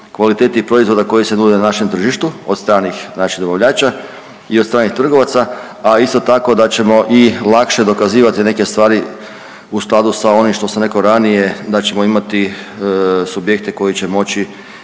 kvaliteti proizvoda koji se nude na našem tržištu od stranih naših dobavljača i od strane trgovaca, a isto tako, da ćemo i lakše dokazivati neke stvari u skladu sa onim što sam rekao ranije, da ćemo imati subjekte koji će moći